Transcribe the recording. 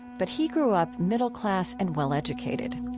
but he grew up middle class and well educated.